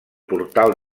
portal